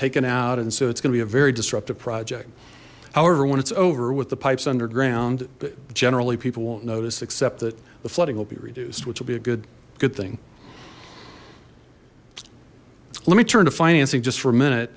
taken out and so it's gonna be a very disruptive project however when it's over with the pipes underground but generally people won't notice except that the flooding will be reduced which will be a good good thing let me turn to financing just for a